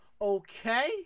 okay